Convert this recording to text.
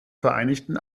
vereinigten